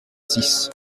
six